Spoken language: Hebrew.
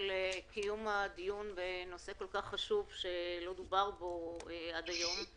על קיום הדיון בנושא כל כך חשוב שלא דובר בו עד היום.